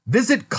Visit